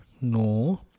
no